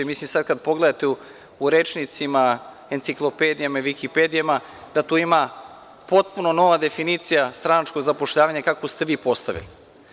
Sada kada pogledate u rečnicima, enciklopedijama i vikipedijama da tu ima potpuno nova definicija – stranačko zapošljavanje kakvo ste vi postavili.